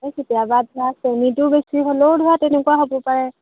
কেতিয়াবা ধৰা চেনীটো বেছি হ'লেও ধৰা তেনেকুৱা হ'ব পাৰে